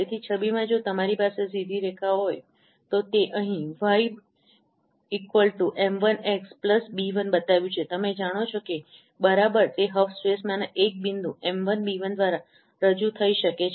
તેથી છબીમાં જો તમારી પાસે સીધી રેખા હોય તો તે અહીં y m1x b1 બતાવ્યું છે તમે જાણો છો કે બરાબર તે હફ સ્પેસમાંના એક બિંદુ એમ 1 બી 1m1b1 દ્વારા રજૂ થઈ શકે છે